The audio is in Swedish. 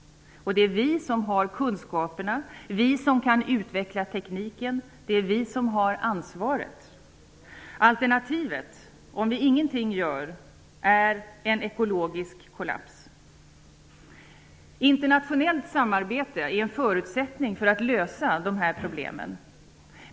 Det är vi som har kunskaperna, som kan utveckla tekniken och som har ansvaret. Alternativet, om vi ingenting gör, är en ekologisk kollaps. Internationellt samarbete är en förutsättning för att man skall kunna lösa de här problemen.